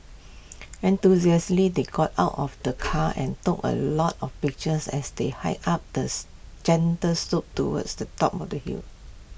enthusiastically they got out of the car and took A lot of pictures as they hiked up the gentle slope towards the top of the hill